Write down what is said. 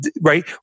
Right